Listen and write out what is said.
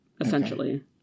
essentially